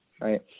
right